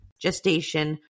gestation